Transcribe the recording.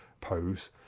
pose